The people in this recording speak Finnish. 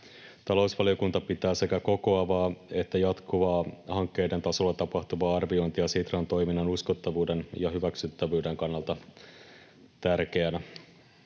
Talousvaliokunta pitää sekä kokoavaa että jatkuvaa hankkeiden tasolla tapahtuvaa arviointia Sitran toiminnan uskottavuuden ja hyväksyttävyyden kannalta tärkeänä.